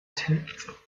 tenth